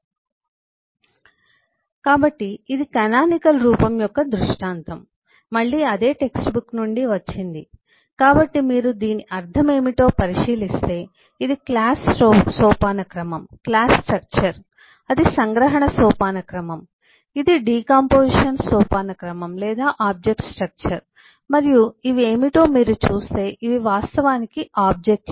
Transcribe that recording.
సమయం 1448 స్లైడ్ చూడండి కాబట్టి ఇది కానానికల్ రూపం యొక్క దృష్టాంతం మళ్ళీ అదే టెక్స్ట్ బుక్ నుండి వచ్చింది కాబట్టి మీరు దీని అర్థం ఏమిటో పరిశీలిస్తే ఇది క్లాస్ సోపానక్రమం క్లాస్ స్ట్రక్చర్ అది సంగ్రహణ సోపానక్రమం ఇది డికాంపొజిషన్ సోపానక్రమం లేదా ఆబ్జెక్ట్ స్ట్రక్చర్ మరియు ఇవి ఏమిటో మీరు చూస్తే ఇవి వాస్తవానికి ఆబ్జెక్ట్ లు